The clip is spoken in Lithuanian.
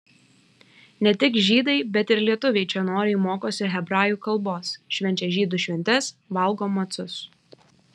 ne tik žydai bet ir lietuviai čia noriai mokosi hebrajų kalbos švenčia žydų šventes valgo macus